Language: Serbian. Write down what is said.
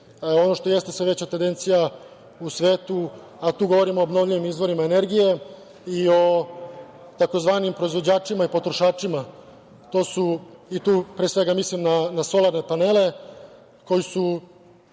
ono što je ste sve veća tendencija u svetu a tu govorimo o obnovljivim izvorima energije i o tzv. proizvođačima i potrošačima i tu, pre svega, mislim na solarne panele koji su